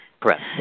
Correct